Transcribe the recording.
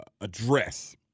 address